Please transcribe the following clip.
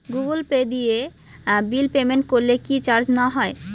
Google Pay দিয়ে bill payment করলে কি চার্জ নেওয়া হয়?